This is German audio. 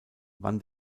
wann